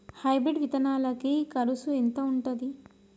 Hybrid విత్తనాలకి కరుసు ఎంత ఉంటది?